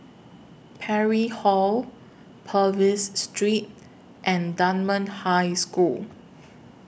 Parry Hall Purvis Street and Dunman High School